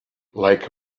like